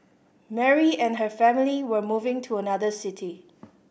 Mary and her family were moving to another city